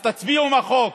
אז תצביעו עם החוק.